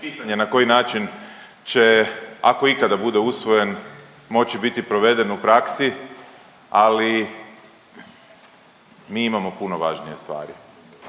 pitanje na koji način će ako ikada bude usvojen moći biti proveden u praksi, ali mi imamo puno važnije stvari.